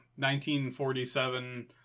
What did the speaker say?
1947